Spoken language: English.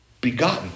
begotten